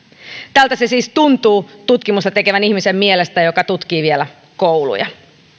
tältä se siis tuntuu sellaisen tutkimusta tekevän ihmisen mielestä joka tutkii vielä kouluja